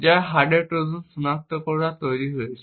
যা hardware Trojan সনাক্ত করতে তৈরি করা হয়েছে